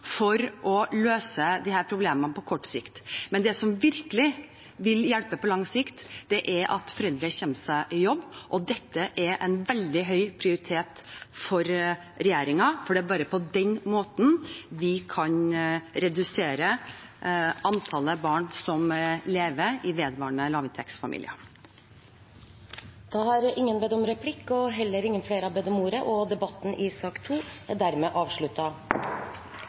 å løse disse problemene på kort sikt, men det som virkelig vil hjelpe på lang sikt, er at foreldrene kommer seg i jobb. Dette har veldig høy prioritet for regjeringen, for det er bare på den måten vi kan redusere antallet barn som lever i vedvarende lavinntektsfamilier. Flere har ikke bedt om ordet til sak nr. 2. Etter ønske fra kommunal- og